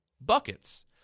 Buckets